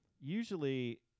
usually